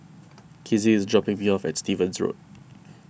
Kizzie is dropping me off at Stevens Road